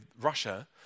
Russia